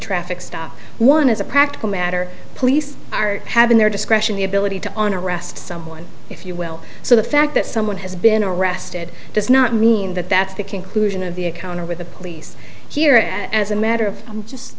traffic stop one as a practical matter police are having their discretion the ability to on arrest someone if you will so the fact that someone has been arrested does not mean that that's the conclusion of the account or with the police here and as a matter of i'm just